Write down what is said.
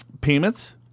payments